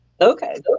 Okay